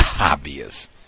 obvious